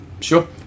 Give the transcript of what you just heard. Sure